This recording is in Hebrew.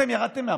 אתם ירדתם מהפסים,